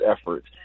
efforts